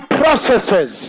processes